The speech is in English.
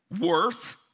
Worth